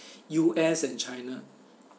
U_S and china